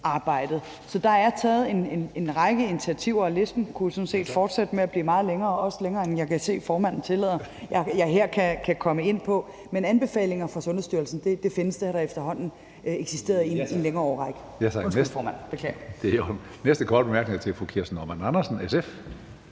Så der er taget en række initiativer, og listen kunne jo sådan set fortsætte med at blive meget længere, også længere, end jeg kan se formanden tillader at jeg her kan komme ind på. Men anbefalinger fra Sundhedsstyrelsen findes; de har efterhånden eksisteret i en længere årrække.